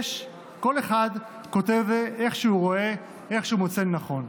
כל אחד כותב איך שהוא רואה, איך שהוא מוצא לנכון.